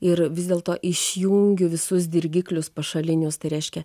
ir vis dėlto išjungiu visus dirgiklius pašalinius tai reiškia